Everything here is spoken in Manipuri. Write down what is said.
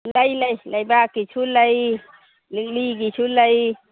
ꯂꯩ ꯂꯩ ꯂꯩꯕꯥꯛꯀꯤꯁꯨ ꯂꯩ ꯂꯤꯛꯂꯤꯒꯤꯁꯨ ꯂꯩ